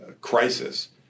crisis